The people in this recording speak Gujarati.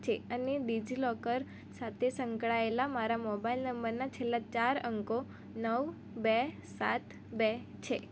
છે અને ડિજિલોકર સાથે સંકળાયેલા મારા મોબાઇલ નંબરના છેલ્લા ચાર અંકો નવ બે સાત બે છે